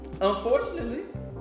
Unfortunately